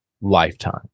lifetime